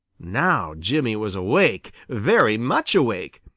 now jimmy was awake, very much awake.